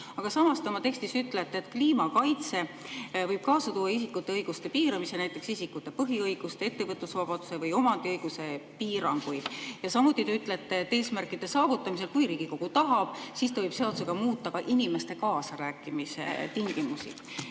Samas, oma tekstis te ütlete, et kliima kaitse võib kaasa tuua isikute õiguste piiramise, näiteks isikute põhiõiguste, ettevõtlusvabaduse või omandipõhiõiguse piiranguid. Samuti te ütlete, et eesmärkide saavutamisel, kui Riigikogu tahab, siis ta võib seadusega muuta ka inimeste kaasarääkimise tingimusi.